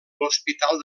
l’hospital